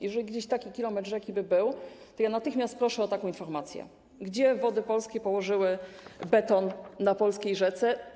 Jeżeli gdzieś taki kilometr rzeki by był, to ja natychmiast proszę o taką informację, gdzie Wody Polskie położyły beton na polskiej rzece.